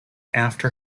after